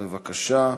בבקשה.